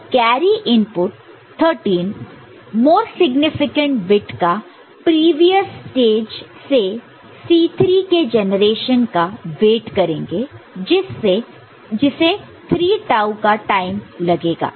तो carry input 13 more significant bit का previous stage से C3 के जनरेशन का वेट करेंगे जिसे 3 टाऊ का टाइम लगेगा